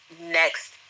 next